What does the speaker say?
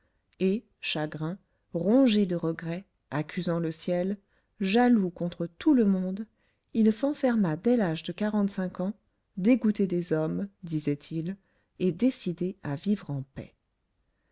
et chagrin rongé de regrets accusant le ciel jaloux contre tout le monde il s'enferma dès l'âge de quarante-cinq ans dégoûté des hommes disait-il et décidé à vivre en paix